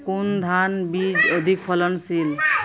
কোন ধান বীজ অধিক ফলনশীল?